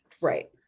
Right